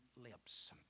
lips